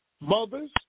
mothers